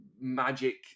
magic